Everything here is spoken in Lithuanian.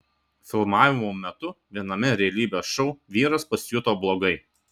filmavimo metu viename realybės šou vyras pasijuto blogai